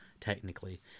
technically